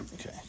okay